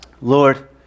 Lord